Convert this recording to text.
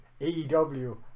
AEW